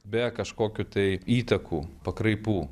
be kažkokių tai įtakų pakraipų